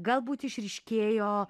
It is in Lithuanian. galbūt išryškėjo